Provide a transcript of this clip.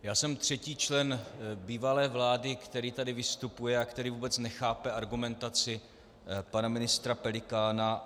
Já jsem třetí člen bývalé vlády, který tady vystupuje a který vůbec nechápe argumentaci pana ministra Pelikána.